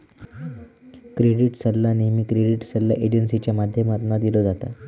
credit सल्ला नेहमी credit सल्ला एजेंसींच्या माध्यमातना दिलो जाता